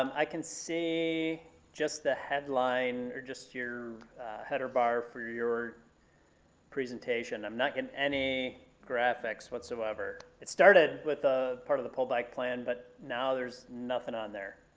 um i can see just the headline, or just your header bar for your presentation. i'm not getting any graphics whatsoever. it started with ah part of the pullback plan, but now there's nothing on there.